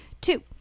Two